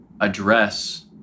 address